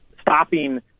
stopping